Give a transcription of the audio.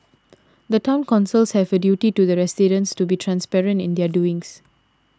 the Town Councils have a duty to the residents to be transparent in their doings